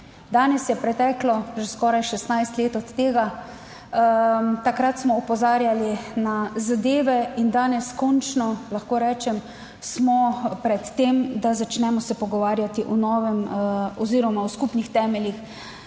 Danes je preteklo že skoraj 16 let od tega, takrat smo opozarjali na zadeve in danes končno, lahko rečem, smo pred tem, da začnemo se pogovarjati o novem oziroma o skupnih temeljih